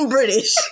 British